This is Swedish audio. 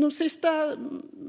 De senaste